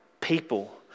people